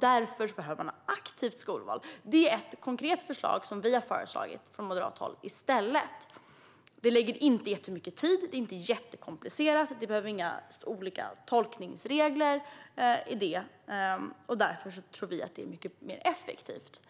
Därför behöver vi ha ett aktivt skolval. Detta är ett konkret förslag som vi ifrån moderat håll har lagt fram. Det kräver inte jättemycket tid, är inte jättekomplicerat och kräver inga olika tolkningsregler. Därför tror vi att det är mycket mer effektivt.